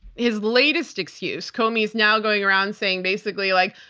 his latest excuse, comey is now going around saying basically like,